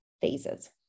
phases